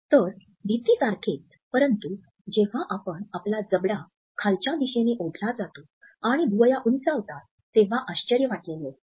तर भीतीसारखेच परंतु जेव्हा आपण आपला जबडा खालच्या दिशेने ओढला जातो आणि भुवया उंचावतात तेव्हा आश्चर्य वाटलेले असते